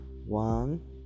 One